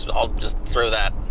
and i'll just throw that,